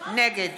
נגד